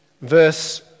verse